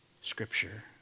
scripture